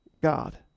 God